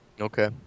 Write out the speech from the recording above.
Okay